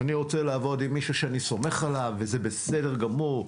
אני רוצה לעבוד עם מישהו שאני סומך עליו וזה בסדר גמור,